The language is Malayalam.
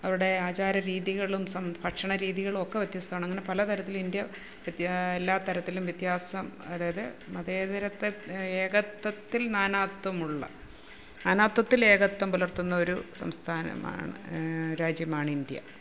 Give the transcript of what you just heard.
അവരുടെ ആചാര രീതികളും ഭക്ഷണ രീതികളൊക്കെ വ്യത്യസ്തമാണ് അങ്ങനെ പല തരത്തിലും ഇന്ത്യ എല്ലാ തരത്തിലും വ്യത്യാസം അതായത് ഏകത്വത്തിൽ നാനാത്വമുള്ള നാനാത്വത്തിൽ ഏകത്വം പുലർത്തുന്ന ഒരു സംസ്ഥാനമാണ് രാജ്യമാണ് ഇന്ത്യ